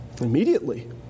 Immediately